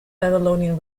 babylonian